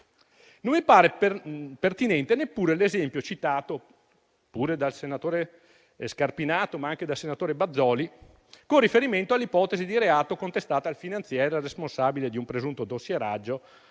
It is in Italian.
Non mi pare pertinente neanche l'esempio citato, sempre dal senatore Scarpinato, ma anche dal senatore Bazoli, con riferimento all'ipotesi di reato contestata al finanziere responsabile di un presunto dossieraggio